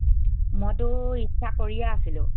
মইতো ইচ্ছা কৰিয়ে আছিলোঁ